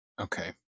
Okay